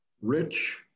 Rich